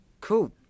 Cool